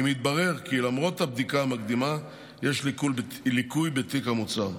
אם יתברר כי למרות הבדיקה המקדימה יש ליקוי בתיק המוצר.